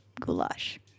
goulash